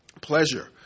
pleasure